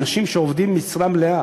אנשים שעובדים משרה מלאה.